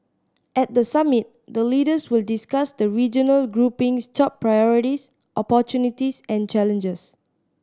at the summit the leaders will discuss the regional grouping's top priorities opportunities and challenges